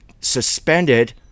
suspended